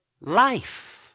life